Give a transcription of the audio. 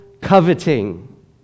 coveting